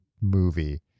movie